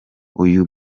uyu